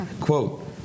Quote